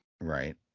Right